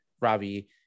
Robbie